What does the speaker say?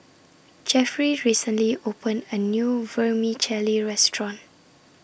Jefferey recently opened A New Vermicelli Restaurant